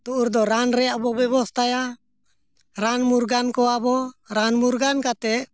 ᱛᱚ ᱩᱱᱨᱮᱫᱚ ᱨᱟᱱ ᱨᱮᱱᱟᱜ ᱵᱚᱱ ᱵᱮᱵᱚᱥᱛᱷᱟᱭᱟ ᱨᱟᱱ ᱢᱩᱨᱜᱟᱹᱱ ᱠᱚᱣᱟ ᱵᱚᱱ ᱨᱟᱱ ᱢᱩᱨᱜᱟᱹᱱ ᱠᱟᱛᱮᱫ